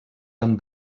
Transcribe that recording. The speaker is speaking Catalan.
amb